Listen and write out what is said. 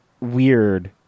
weird